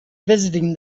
visiting